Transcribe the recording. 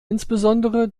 insbesondere